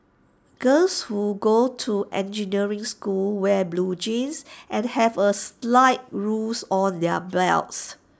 girls who go to engineering school wear blue jeans and have A slide rule on their belts